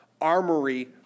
armory